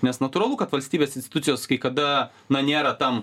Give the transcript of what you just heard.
nes natūralu kad valstybės institucijos kai kada na nėra tam